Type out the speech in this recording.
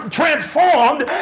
transformed